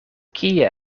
kie